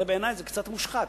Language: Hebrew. הרי בעיני זה קצת מושחת,